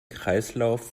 kreislauf